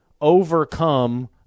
overcome